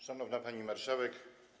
Szanowna Pani Marszałek!